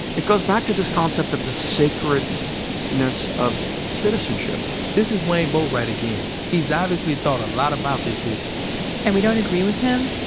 it goes back to this concept of the sacredness of citizenship this is wayne boatwright again. he's obviously thought a lot about this issue and we don't agree with him,